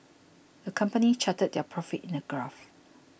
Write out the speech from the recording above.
the company charted their profits in a graph